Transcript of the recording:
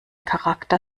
charakter